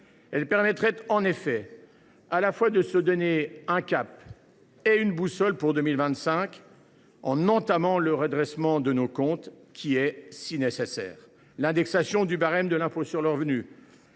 Cela permettrait de nous donner à la fois un cap et une boussole pour 2025, en entamant le redressement de nos comptes qui est si nécessaire. Indexation du barème de l’impôt sur le revenu,